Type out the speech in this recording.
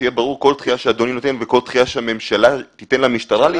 שיהיה ברור שכל דחייה שאדוני נותן וכל דחייה שהממשלה תיתן למשטרה.